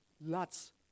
lots